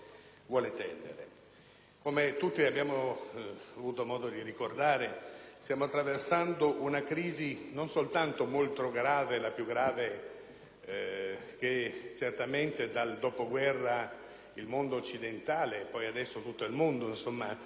Come tutti abbiamo avuto modo di ricordare, stiamo attraversando una crisi non soltanto molto grave, la più grave che certamente dal dopoguerra il mondo occidentale - e adesso tutto il mondo - sta vivendo,